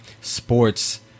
sports